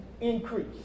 increase